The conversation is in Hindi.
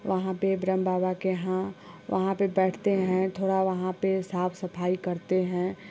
वहाँ पे ब्रह्म बाबा के यहाँ वहाँ पे बैठते हैं थोड़ा वहाँ पे साफ सफाई करते हैं